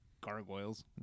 gargoyles